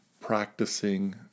practicing